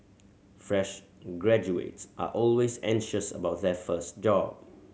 fresh graduates are always anxious about their first job